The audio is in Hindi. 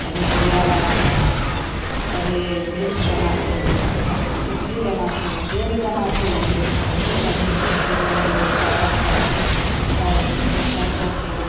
कभी गुड़िया बनाते हैं कभी वृक्ष बनाते हें कभी कुछ भी बनाते हैं जो भी बनाते हें उसका चित्र पहले हम लोग कागत पर उनका इसकेचर कर कर के